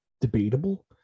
debatable